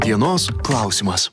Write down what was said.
dienos klausimas